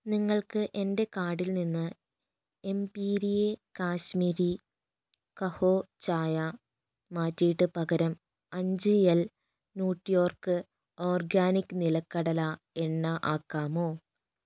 നിങ്ങൾക്ക് എന്റെ കാർട്ടിൽ നിന്ന് എംപീരിയെ കശ്മീരി കഹ്വ ചായ മാറ്റിയിട്ട് പകരം അഞ്ച് എൽ ന്യൂട്രിയോർഗ് ഓർഗാനിക്ക് നിലക്കടല എണ്ണ ആക്കാമോ